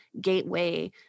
gateway